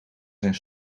zijn